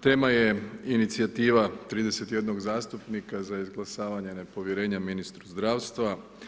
tema je inicijativa 31 zastupnika za izglasavanje nepovjerenja ministru zdravstva.